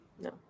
no